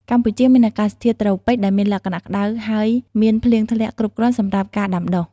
កម្ពុជាមានអាកាសធាតុ ត្រូពិច ដែលមានលក្ខណៈក្តៅហើយមានភ្លៀងធ្លាក់គ្រប់គ្រាន់សម្រាប់ការដាំដុះ។